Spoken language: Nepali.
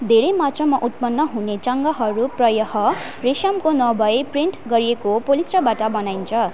धेरै मात्रमा उत्पादन हुने चङ्गाहरू प्रायः रेसमको नभई प्रिन्ट गरिएको पोलिस्टरबाट बनाइन्छ